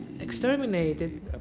exterminated